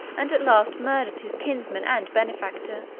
and at last murdered his kinsman and benefactor.